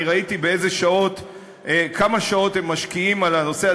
אני ראיתי באיזה שעות וכמה שעות הם משקיעים בנושא.